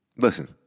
listen